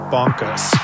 Bonkers